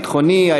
הביטחוני,